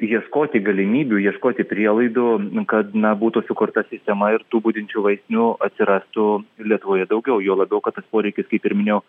ieškoti galimybių ieškoti prielaidų kad na būtų sukurta sistema ir tų budinčių vaistinių atsirastų lietuvoje daugiau juo labiau kad tas poreikis kaip ir minėjau